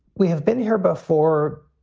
we have been here before,